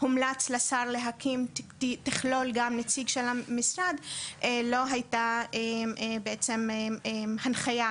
שהומלץ לשר להקים תכלול גם נציג של המשרד לא הייתה בעצם הנחייה